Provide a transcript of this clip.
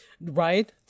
right